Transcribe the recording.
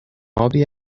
ابی